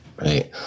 Right